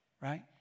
Right